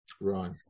Right